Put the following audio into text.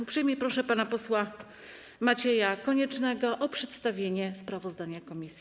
Uprzejmie proszę pana posła Macieja Koniecznego o przedstawienie sprawozdania komisji.